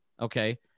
Okay